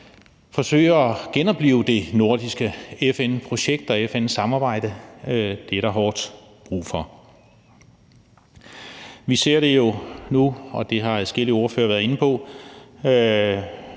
forsøge at genoplive det nordiske FN-projekt og FN-samarbejde. Det er der hårdt brug for. Vi ser jo nu – og det har adskillige ordførere været inde på